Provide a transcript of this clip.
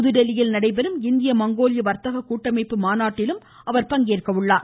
புதுதில்லியில் நடைபெறும் இந்திய மங்கோலிய வர்த்தக கூட்டமைப்பு மாநாட்டிலும் அவர் பங்கேற்கிறார்